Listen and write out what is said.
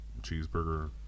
cheeseburger